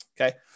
Okay